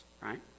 right